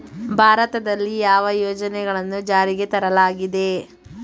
ಭಾರತದಲ್ಲಿ ಯಾವ ಯೋಜನೆಗಳನ್ನು ಜಾರಿಗೆ ತರಲಾಗಿದೆ?